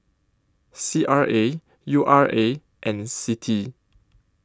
C R A U R A and CITI